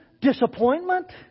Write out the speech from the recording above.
disappointment